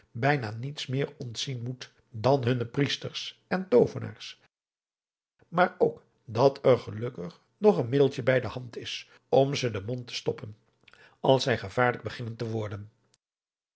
bijna niets meer ontzien moet dan hunne priesters en toovenaars maar ook dat er gelukkig nog een middeltje bij de hand is om ze den mond te sloppen als zij gevaarlijk beginnen te worden